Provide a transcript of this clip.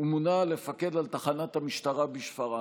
ומונה לפקד על תחנת המשטרה בשפרעם.